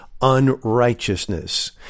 unrighteousness